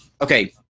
okay